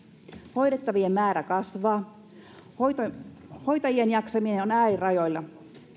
hoidettavien määrä kasvaa hoitajien hoitajien jaksaminen on äärirajoilla